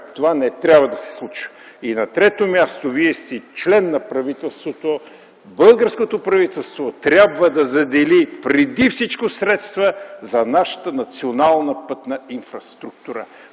Това не трябва да се случва. На трето място, Вие сте член на правителството, българското правителство трябва да задели преди всичко средства за нашата национална пътна инфраструктура,